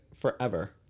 forever